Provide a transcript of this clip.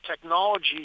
Technology